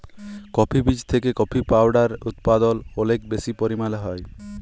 coffee বীজ থেকে coffee powder উদপাদল অলেক বেশি পরিমালে হ্যয়